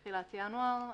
תחילת ינואר.